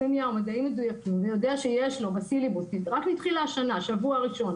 כימיה או מדעים מדויקים ויודע שיש לו בסילבוס בשבוע הראשון